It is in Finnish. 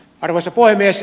arvoisa puhemies